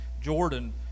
Jordan